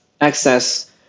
access